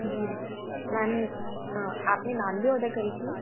जी ma'am ma'am आपने नान भी ऑडर करी थी